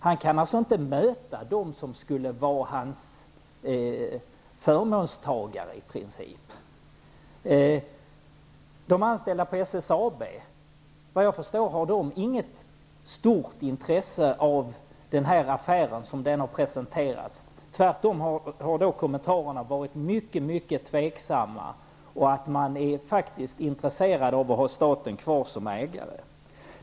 Han kan alltså inte möta dem som i princip skulle vara hans förmånstagare. De anställda på SSAB har, vad jag förstår, inget stort intresse av den här affären, som den har presenterats. Tvärtom har kommentarerna varit mycket tveksamma, och man är intresserad av att ha staten kvar som ägare.